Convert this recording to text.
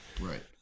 Right